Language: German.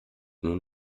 nun